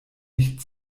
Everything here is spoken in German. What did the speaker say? nicht